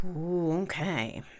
Okay